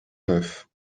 neuf